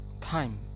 time